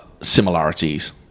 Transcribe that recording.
similarities